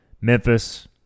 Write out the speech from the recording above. Memphis –